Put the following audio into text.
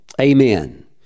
amen